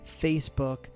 Facebook